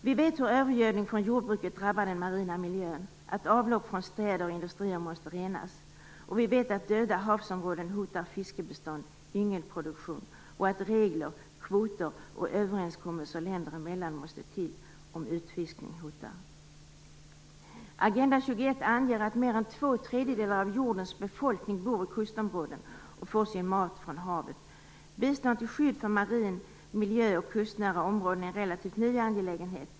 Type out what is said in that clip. Vi vet hur övergödning från jordbruket drabbar den marina miljön. Vi vet att avlopp från städer och industrier måste renas, och vi vet att döda havsområden hotar fiskebestånd och hindrar produktion. Regler, kvoter och överenskommelser länder emellan måste till om utfiskning hotar. I Agenda 21 anges att mer än två tredjedelar av jordens befolkning bor i kustområden och får sin mat från havet. Bistånd till skydd för marin miljö och kustnära områden är en relativt ny angelägenhet.